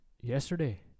yesterday